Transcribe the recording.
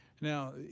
Now